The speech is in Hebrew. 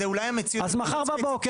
זו אולי המציאות --- אז מחר בבוקר,